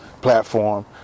platform